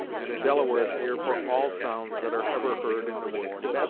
and a delaware's ear for all sounds that are ever heard in the woods.